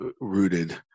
rooted